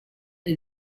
nel